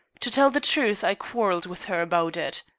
to tell the truth, i quarrelled with her about it.